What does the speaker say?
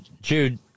Jude